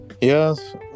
yes